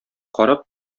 карап